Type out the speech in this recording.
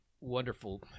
wonderful